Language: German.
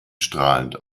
strahlend